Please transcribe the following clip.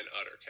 utter